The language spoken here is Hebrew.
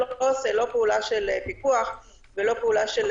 אני יכול לומר שברור לנו שאף כלי הוא לא מושלם מבחינת אכיפה,